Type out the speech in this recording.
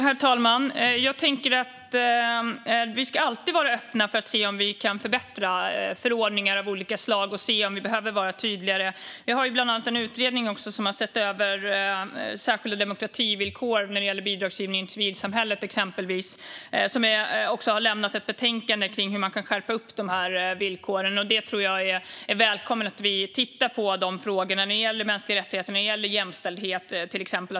Herr talman! Jag tänker att vi alltid ska vara öppna för att se om vi kan förbättra förordningar av olika slag och se om vi behöver vara tydligare. Vi har bland annat en utredning som har sett över särskilda demokrativillkor när det gäller bidrag till civilsamhället och som har lämnat ett betänkande kring hur villkoren kan skärpas. Jag tror att det är välkommet att vi tittar på de frågorna när det gäller mänskliga rättigheter och jämställdhet, till exempel.